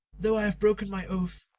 though i have broken my oath,